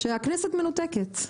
שהכנסת מנותקת?